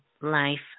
life